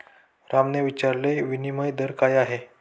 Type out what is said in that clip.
रामने विचारले, विनिमय दर काय आहे?